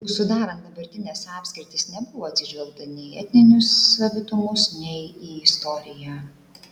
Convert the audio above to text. juk sudarant dabartines apskritis nebuvo atsižvelgta nei į etninius savitumus nei į istoriją